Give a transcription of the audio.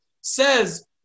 says